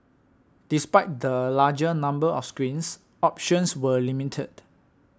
despite the larger number of screens options were limited